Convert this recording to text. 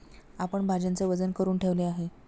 आपण भाज्यांचे वजन करुन ठेवले आहे